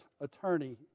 attorney